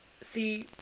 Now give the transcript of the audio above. See